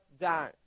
down